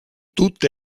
tutte